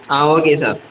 ah okay sir